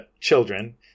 children